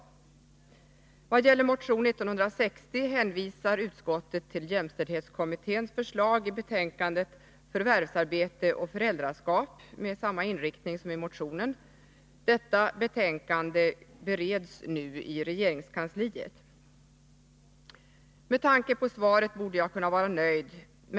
När det gäller motion 1960 hänvisar utskottet till jämställdhetskommitténs förslag i betänkandet Förvärvsarbete och föräldraskap med samma inriktning som motionen. Detta betänkande bereds nu i regeringskansliet. Med tanke på utskottets skrivning borde jag kunna vara nöjd.